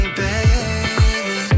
baby